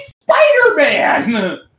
Spider-Man